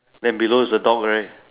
and below is the dog right